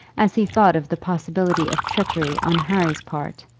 as he thought of the possibility of treachery on harry's part,